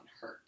hurt